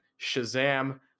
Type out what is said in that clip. Shazam